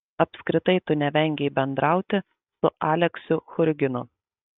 apskritai tu nevengei bendrauti su aleksiu churginu